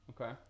Okay